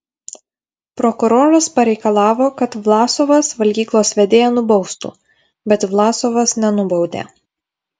prokuroras pareikalavo kad vlasovas valgyklos vedėją nubaustų bet vlasovas nenubaudė